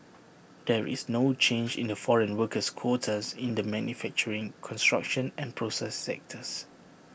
there is no change in the foreign workers quotas in the manufacturing construction and process sectors